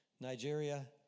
Nigeria